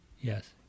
Yes